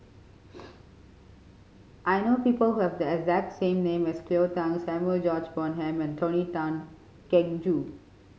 I know people who have the exact same name as Cleo Thang Samuel George Bonham and Tony Tan Keng Joo